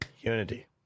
unity